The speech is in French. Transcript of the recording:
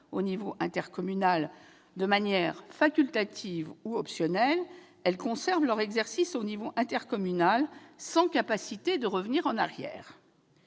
au niveau intercommunal de manière facultative ou optionnelle, ils conservent leur exercice au niveau intercommunal, sans capacité de revenir en arrière.